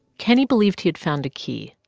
kenney believed he had found a key,